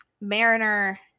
Mariner